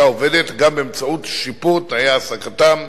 העובדת גם באמצעות שיפור תנאי העסקתם,